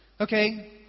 Okay